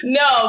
no